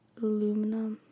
aluminum